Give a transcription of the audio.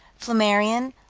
flammarion,